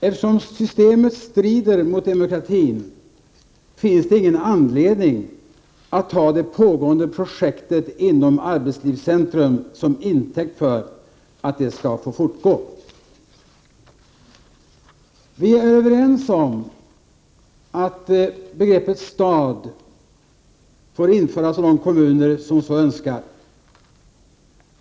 Eftersom systemet strider mot demokratin finns det inte någon anledning att ta det pågående projektet inom arbetslivscentrum till intäkt för att detta skall få fortgå. Vi är överens om att begreppet stad får införas av de kommuner som så önskar.